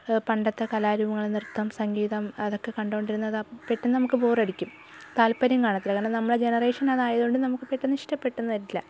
പണ്ടത്തെ കലാരൂപങ്ങൾ നൃത്തം സംഗീതം അതൊക്കെ കണ്ടുകൊണ്ടിരുന്നാൽ പെട്ടെന്ന് നമുക്ക് ബോറടിക്കും താൽപ്പര്യം കാണത്തില്ല കാരണം നമ്മള ജനറേഷൻ അതായതുകൊണ്ട് നമുക്ക് പെട്ടെന്ന് ഇഷ്ടപ്പെട്ടെന്ന് വരില്ല